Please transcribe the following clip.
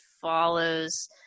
follows